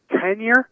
tenure